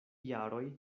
jaroj